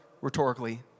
rhetorically